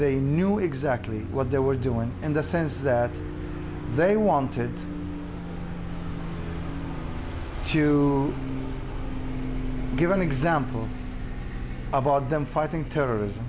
they knew exactly what they were doing and the sense that they wanted to give an example about them fighting terrorism